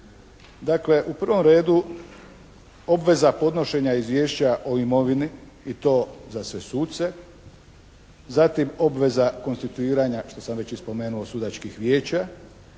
Dakle u prvom redu obveza podnošenja izvješća o imovini i to za sve suce zatim obveza konstituiranja što sam već i spomenuo sudačkih vijeća